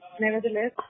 nevertheless